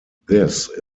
this